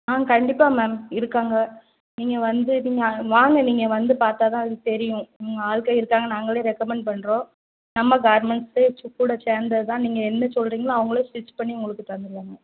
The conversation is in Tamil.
ஆ கண்டிப்பாக மேம் இருக்காங்க நீங்கள் வந்து நீங்கள் வாங்க நீங்கள் வந்து பார்த்தா தான் அது தெரியும் இங்கே ஆட்கள் இருக்காங்க நாங்களே ரெக்கமெண்ட் பண்ணுறோம் நம்ம கார்மெண்ட்ஸு கூட சேர்ந்தது தான் நீங்கள் என்ன சொல்கிறீங்களோ அவங்களே ஸ்டிட்ச் பண்ணி உங்களுக்கு தந்துடுவாங்க